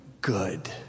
good